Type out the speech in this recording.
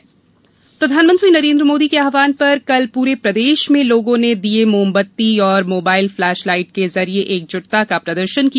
दीप प्रदेश प्रधानमंत्री नरेन्द्र मोदी के आव्हान पर कल पूरे प्रदेश में लोगों ने दीए मोमबत्ती और मोबाइल फ़लेश लाईट के जरिए एकज़ुटता का प्रदर्शन किया